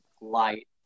light